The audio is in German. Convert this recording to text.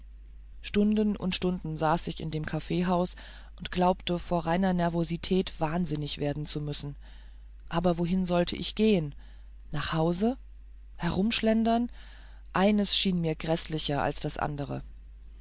stunden und stunden saß ich in dem kaffeehaus und glaubte vor innerer nervosität wahnsinnig werden zu müssen aber wohin sollte ich gehen nach hause herumschlendern eines schien mir gräßlicher als das andere